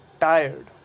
Tired